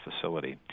facility